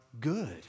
good